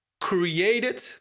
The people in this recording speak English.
created